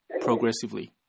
progressively